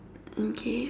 okay